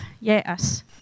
yes